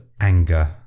anger